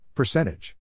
Percentage